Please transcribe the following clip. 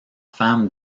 femme